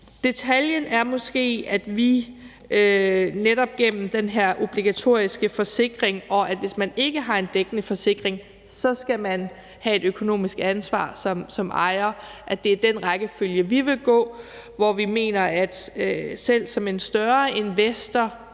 Detaljen ligger måske netop i det med den her obligatoriske forsikring, og at vi siger, at man, hvis man ikke har en dækkende forsikring, så skal have et økonomisk ansvar som ejer. Det er den rækkefølge, vi vil tage det i, og vi mener, at selv som en større investor